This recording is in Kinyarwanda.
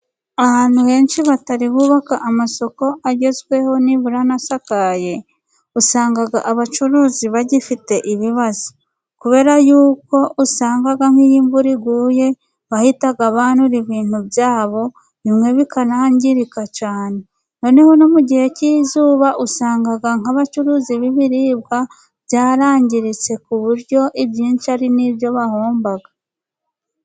Ahantu henshi batari bubaka amasoko agezweho nibura atanasakaye，usanga abacuruzi bagifite ibibazo，kubera yuko usanga nk'iyo imvura iguye，bahita banura ibintu byabo， bimwe bikanangirika cyane. Noneho no mu gihe cy'izuba，usanga nk'abacuruza b'ibiribwa byarangiritse， ku buryo ibyinshi ari n'ibyo bahomba.